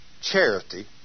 charity